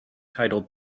titled